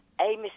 Amy